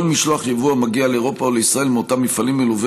כל משלוח יבוא המגיע לאירופה או לישראל מאותם מפעלים מלווה